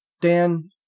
Dan